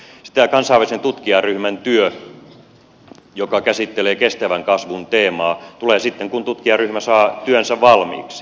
tämä kansainvälisen tutkijaryhmän työ joka käsittelee kestävän kasvun teemaa tulee sitten kun tutkijaryhmä saa työnsä valmiiksi